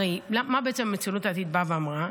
הרי מה בעצם הציונות הדתית באה ואמרה?